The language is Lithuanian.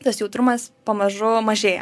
tas jautrumas pamažu mažėja